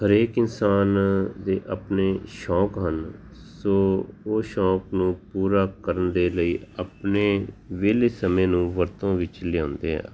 ਹਰੇਕ ਇਨਸਾਨ ਦੇ ਆਪਣੇ ਸ਼ੌਂਕ ਹਨ ਸੋ ਉਹ ਸ਼ੌਂਕ ਨੂੰ ਪੂਰਾ ਕਰਨ ਦੇ ਲਈ ਆਪਣੇ ਵਿਹਲੇ ਸਮੇਂ ਨੂੰ ਵਰਤੋਂ ਵਿੱਚ ਲਿਆਉਂਦੇ ਹਾਂ